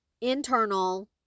Internal